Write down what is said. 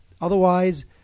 Otherwise